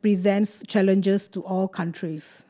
presents challenges to all countries